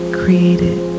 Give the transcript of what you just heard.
created